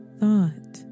thought